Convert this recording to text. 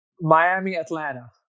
Miami-Atlanta